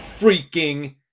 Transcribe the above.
freaking